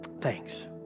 thanks